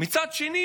מצד שני